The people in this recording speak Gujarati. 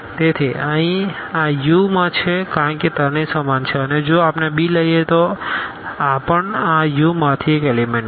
તેથી અહીં આUમાં છે કારણ કે ત્રણેય સમાન છે અને જો આપણે b લઈએ તો આ પણ આ Uમાંથી એક એલીમેન્ટ છે